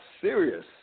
serious